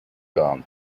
gone